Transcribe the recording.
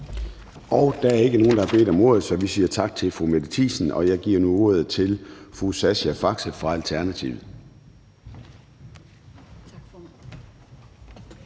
Der er ikke nogen, der har bedt om ordet. Så vi siger tak til fru Mette Thiesen, og jeg giver nu ordet til fru Sascha Faxe fra Alternativet.